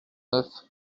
neuf